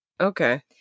Okay